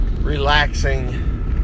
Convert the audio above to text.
relaxing